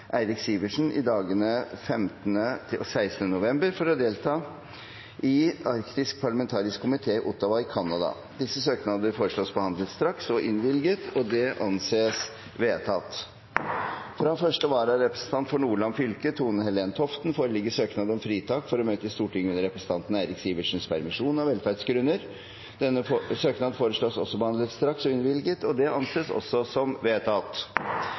Eirik Sivertsen i dagene 15. og 16. november for å delta i møte i Arktisk parlamentarisk komité i Ottawa, Canada Disse søknader foreslås behandlet straks og innvilget. – Det anses vedtatt. Fra første vararepresentant for Nordland fylke, Tone-Helen Toften , foreligger søknad om fritak for å møte i Stortinget under representanten Eirik Sivertsens permisjon, av velferdsgrunner. Etter forslag fra presidenten ble enstemmig besluttet: Søknaden behandles straks og